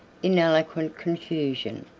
in eloquent confusion,